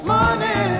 Money